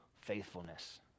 faithfulness